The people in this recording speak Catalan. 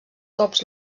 cops